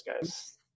guys